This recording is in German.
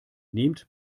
nehmt